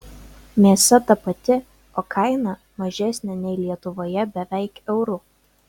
mėsa ta pati o kaina mažesnė nei lietuvoje beveik euru